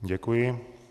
Děkuji.